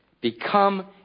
Become